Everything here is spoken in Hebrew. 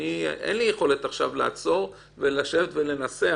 אין לי יכולת עכשיו לעצור, לשבת ולנסח